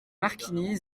marquigny